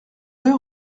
deux